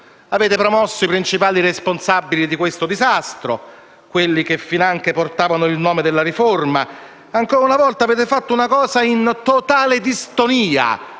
Avete promosso i principali responsabili di questo disastro, quelli che davano persino il nome alla riforma. Ancora una volta avete agito in totale distonia